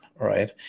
Right